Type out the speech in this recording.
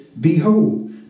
behold